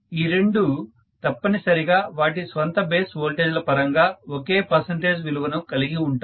ఈ రెండు తప్పనిసరిగా వాటి స్వంత బేస్ వోల్టేజ్ ల పరంగా ఒకే పర్సంటేజ్ విలువను కలిగి ఉంటాయి